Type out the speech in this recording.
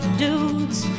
dudes